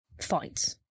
fights